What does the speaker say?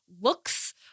looks